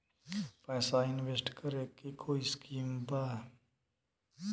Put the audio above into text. पैसा इंवेस्ट करे के कोई स्कीम बा?